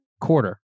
quarter